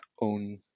own